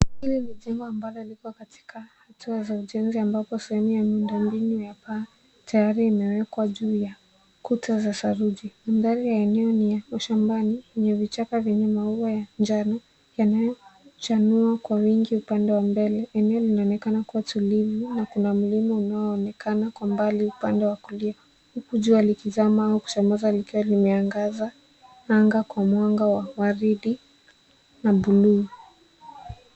Hili ni jengo ambalo liko katika hatua za ujenzi ambapo sehemu ya miundombinu ya paa tayari imewekwa juu ya kutaa za saruji. Mandhari ya eneo ni ya ushambani yenye vichaka vyenye maua ya njano yanayochanua kwa wingi upande wa mbele. Eneo linanekana kuwa tulivu na kuna mlima unaoonekana kwa mbali upande wa kulia huku jua likizama au kuchomoza likiwa limeangaza anga kwa mwanga wa waridi na buluu.